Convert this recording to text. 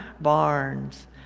barns